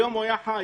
היום הוא היה חי.